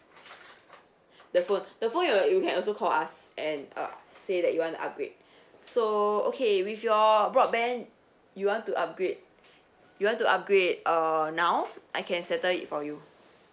the phone the phone you will you can also call us and uh say that you want the upgrade so okay with your broadband you want to upgrade you want to upgrade uh now I can settle it for you